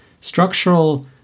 Structural